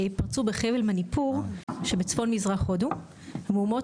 פרצו בחבל מניפור שבצפון מזרח הודו מהומות